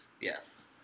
Yes